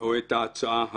או את ההצעה הזאת,